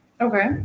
Okay